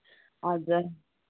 हजुर